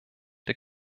der